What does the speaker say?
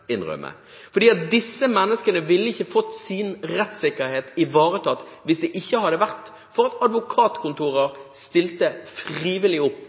innrømme. Disse menneskene ville ikke fått sin rettssikkerhet ivaretatt hvis det ikke hadde vært for at advokatkontorer stilte frivillig opp